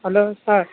hello sir